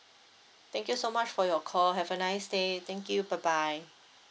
thank you so much for your call have a nice day thank you bye bye